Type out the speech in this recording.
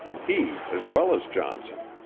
he as well as johnson.